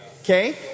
Okay